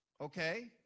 Okay